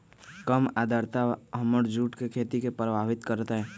कम आद्रता हमर जुट के खेती के प्रभावित कारतै?